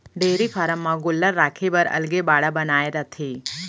dairy farm म गोल्लर राखे बर अलगे बाड़ा बनाए रथें